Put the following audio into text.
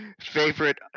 Favorite